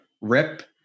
rip